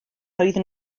oeddwn